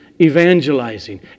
evangelizing